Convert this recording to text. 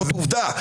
זאת עובדה.